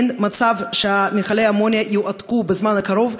אין מצב שמכלי האמוניה יועתקו בזמן הקרוב,